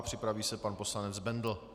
Připraví se pan poslanec Bendl.